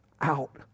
out